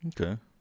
Okay